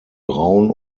braun